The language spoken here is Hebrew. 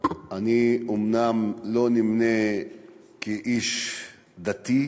אני אומנם לא נמנה כאיש דתי,